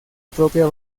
propia